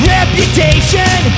Reputation